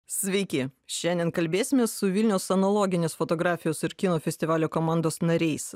sveiki šiandien kalbėsimės su vilniaus analoginės fotografijos ir kino festivalio komandos nariais